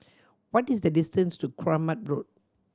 what is the distance to Kramat Road